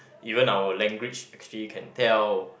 even our language actually can tell